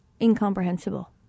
incomprehensible